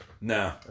No